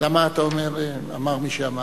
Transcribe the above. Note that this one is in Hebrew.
למה אתה אומר "אמר מי שאמר"?